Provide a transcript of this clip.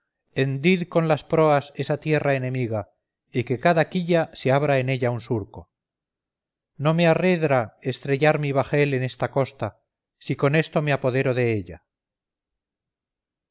hendid con las proas esa tierra enemiga y que cada quilla se abra en ella un surco no me arredra estrellar mi bajel en esta costa si con esto me apodero de ella